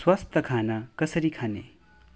स्वस्थ खाना कसरी खाने